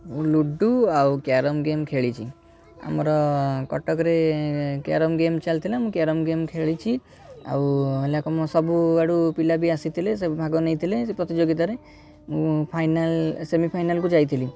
ମୁଁ ଲୁଡ଼ୁ ଆଉ carrom game ଖେଳିଛି ଆମର କଟକରେ କ୍ୟାରମ୍ ଗେମ୍ ଚାଲିଥିଲା ମୁଁ କ୍ୟାରମ୍ ଗେମ୍ ଖେଳିଛି ଆଉ ହେଲା କ'ଣ ସବୁଆଡୁ ପିଲା ବି ଆସିଥିଲେ ସେ ଭାଗ ନେଇଥିଲେ ସେ ପ୍ରତିଯୋଗିତାରେ ମୁଁ ଫାଇନାଲ୍ ସେମିଫାଇନାଲ୍କୁ ଯାଇଥିଲି